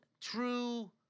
true